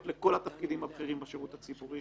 לכל התפקידים הבכירים בשירות הציבורי.